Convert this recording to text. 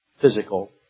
physical